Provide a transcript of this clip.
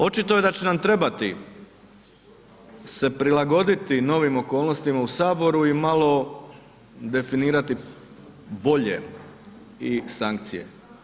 Očito je da će nam trebati se prilagoditi novim okolnostima u saboru i malo definirati bolje i sankcije.